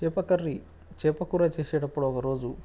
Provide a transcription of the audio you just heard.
చేప కర్రీ చేప కూర చేసేటప్పుడు ఒకరోజు